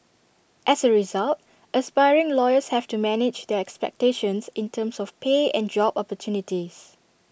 as A result aspiring lawyers have to manage their expectations in terms of pay and job opportunities